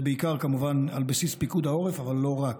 זה בעיקר, כמובן, על בסיס פיקוד העורף, אבל לא רק.